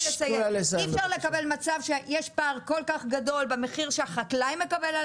אי אפשר לקבל מצב שיש פער כל כך גדול מהמחיר שהחקלאי מקבל על